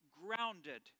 grounded